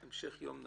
המשך יום נעים.